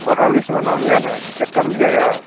voter लिस्टमे नाम यऽ ने चेक करलिए यऽ